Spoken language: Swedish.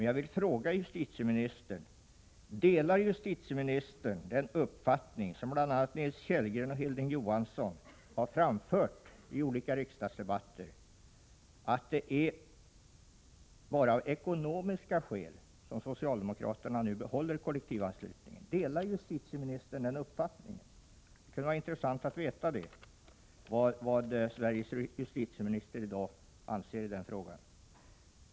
Jag vill fråga justitieministern: Delar justitieministern den uppfattningen — som bl.a. Nils Kellgren och Hilding Johansson har framfört i olika riksdagsdebatter — att det bara är av ekonomiska skäl som socialdemokraterna behåller kollektivanslutningen? Det kunde vara intressant att få veta vad Sveriges justitieminister anser i den frågan.